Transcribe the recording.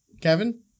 Kevin